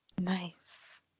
Nice